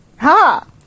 ha